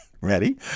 Ready